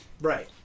Right